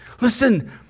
Listen